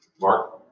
Mark